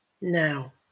Now